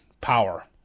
power